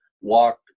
walk